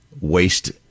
waste